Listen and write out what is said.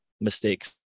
mistakes